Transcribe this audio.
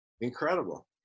Incredible